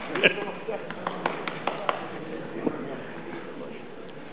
אני מאחל לו הצלחה בשליחות, בתפקיד החדש.